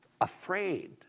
afraid